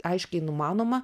aiškiai numanoma